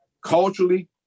culturally